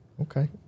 Okay